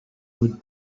would